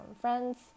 friends